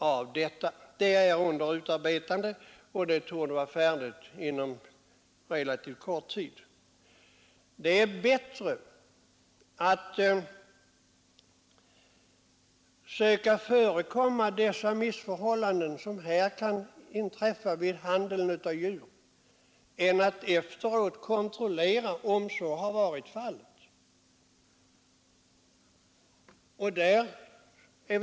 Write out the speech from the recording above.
Resultaten av det arbetet torde bli klara inom ganska kort tid, och det är ju bättre att förekomma missförhållanden i handeln med djur än att efteråt kontrollera huruvida missförhållanden förekommit eller inte.